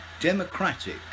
democratic